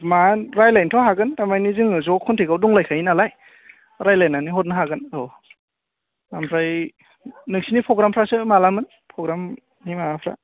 रायलायनोथ' हागोन थारमाने जोङो ज' कन्टेक्टाव दंलायखायो नालाय रायलायनानै हरनो हागोन औ ओमफ्राय नोंसिनि प्रग्रामफ्रासो माब्लामोन प्रग्रामनि माबाफोरा